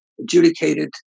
adjudicated